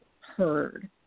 heard